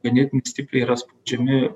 ganėtinai stipriai yra spaudžiami